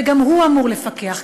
וגם הוא אמור לפקח,